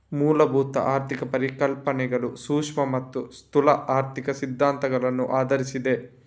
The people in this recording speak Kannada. ಮೂಲಭೂತ ಆರ್ಥಿಕ ಪರಿಕಲ್ಪನೆಗಳು ಸೂಕ್ಷ್ಮ ಮತ್ತೆ ಸ್ಥೂಲ ಆರ್ಥಿಕ ಸಿದ್ಧಾಂತಗಳನ್ನ ಆಧರಿಸಿದೆ